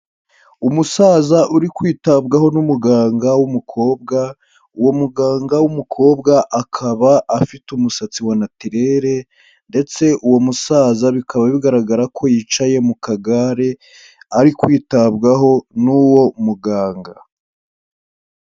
Umusaza uri kwitabwaho n'umuganga w'umukobwa, uwo muganga w'umukobwa akaba afite umusatsi wa natirere ndetse uwo musaza bikaba bigaragara ko yicaye mu kagare, ari kwitabwaho n'uwo muganga.